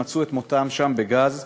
מצאו את מותם שם בגז.